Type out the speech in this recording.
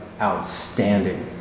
outstanding